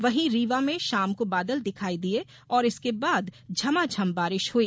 वहीं रीवा में शाम को बादल दिखायी दिये और इसके बाद झमाझम बारिश हुई